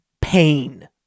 pain